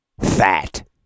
fat